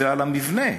ועל המבנה